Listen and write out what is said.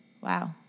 Wow